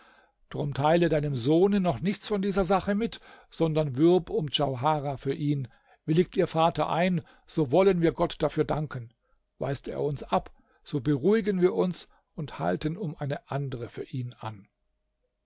drum teile deinem sohne noch nichts von dieser sache mit sondern wirb um djauharah für ihn willigt ihr vater ein so wollen wir gott dafür danken weist er uns ab so beruhigen wir uns und halten um eine andere für ihn an